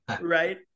Right